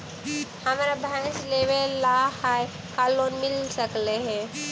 हमरा भैस लेबे ल है का लोन मिल सकले हे?